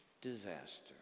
disaster